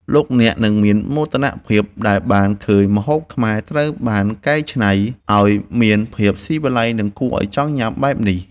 លោកអ្នកនឹងមានមោទនភាពដែលបានឃើញម្ហូបខ្មែរត្រូវបានកែច្នៃឱ្យមានភាពស៊ីវិល័យនិងគួរឱ្យចង់ញ៉ាំបែបនេះ។